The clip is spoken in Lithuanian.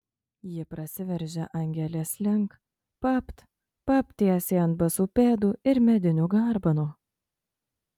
ji prasiveržia angelės link papt papt tiesiai ant basų pėdų ir medinių garbanų